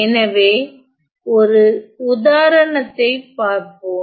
எனவே ஒரு உதாரணத்தைப் பார்ப்போம்